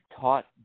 taught